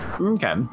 okay